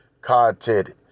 content